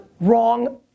wrong